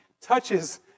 touches